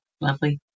Lovely